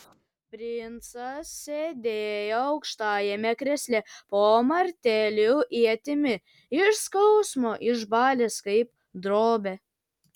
princas sėdėjo aukštajame krėsle po martelių ietimi iš skausmo išbalęs kaip drobė